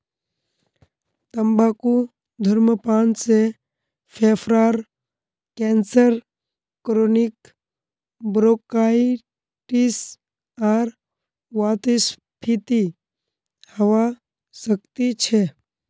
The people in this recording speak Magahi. तंबाकू धूम्रपान से फेफड़ार कैंसर क्रोनिक ब्रोंकाइटिस आर वातस्फीति हवा सकती छे